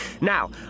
Now